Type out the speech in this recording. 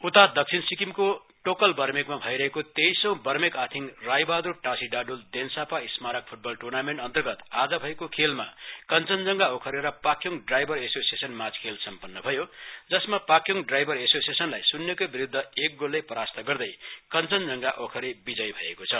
उता दक्षिण सिक्किमको टोकल वर्मेकमा भइरहेको तेइसौ वर्मेक आथिङ राईबहाद्र टासी डाड्ल देनसापा स्मारक फुटबल ट्र्नामेन्ट अर्न्तगत आज भएको खेलमा कञ्चनजंघा ओखरे र पाक्योङ ड्राइभर एसोसिएशन माझ खेल सम्पन्न भयो जसमा पाक्योङ ड्राइभर एसोसिएशनलाई श्न्यको विरूद्ध एक गोलले परास्त गर्दै कञ्चनजंघा ओखरे बिजयी भएको छ